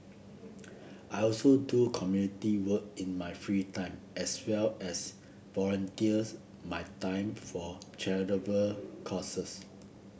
I also do community work in my free time as well as volunteers my time for charitable causes